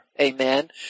Amen